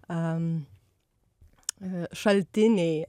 a šaltiniai